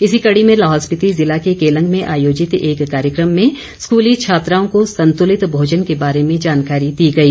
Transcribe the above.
इसी कड़ी में लाहौल स्पिति जिला के केलंग में आयोजित एक कार्यक्रम में स्कूली छात्राओं को संतुलित भोजन के बारे में जानकारी दी गई